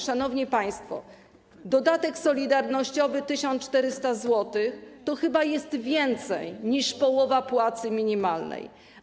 Szanowni państwo, dodatek solidarnościowy 1400 zł to chyba jest więcej niż połowa płacy minimalnej.